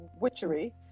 Witchery